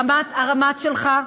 הרמ"ט שלך,